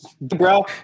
Bro